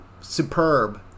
superb